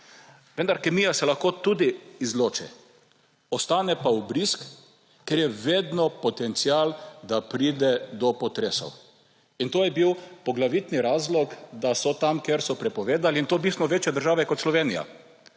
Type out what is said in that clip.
Vendar kemija se lahko tudi izloči, ostane pa vbrisk, ker je vedno potencial, da pride do potresov. In to je bil poglavitni razlog, da so tam kjer so prepovedali in to bistveno večje države kot Slovenija.